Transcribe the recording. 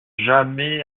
jamais